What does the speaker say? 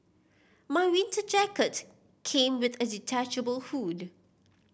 my winter jacket came with a detachable hood